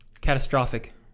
Catastrophic